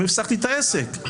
אם הפסקתי את העסק.